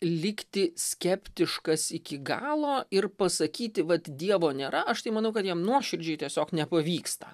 likti skeptiškas iki galo ir pasakyti vat dievo nėra aš tai manau kad jam nuoširdžiai tiesiog nepavyksta